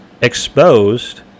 exposed